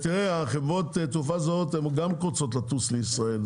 חברות התעופה הזאות גם רוצות לטוס לישראל.